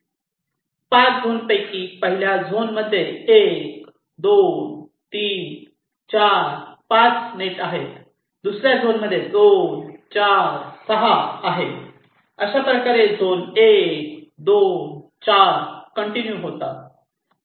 5 zone पैकी पहिल्या zone मध्ये 1 2 3 4 5 नेट आहे दुसऱ्या झोन मध्ये 2 4 6 आहे अशाप्रकारे झोन 1 2 4 कंटिन्यू होतात